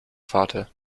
vater